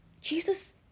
Jesus